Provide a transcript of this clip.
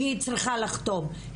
שהיא צריכה לחתום,